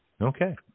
Okay